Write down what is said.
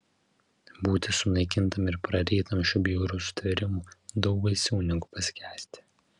būti sunaikintam ir prarytam šių bjaurių sutvėrimų daug baisiau negu paskęsti